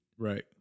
Right